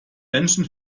menschen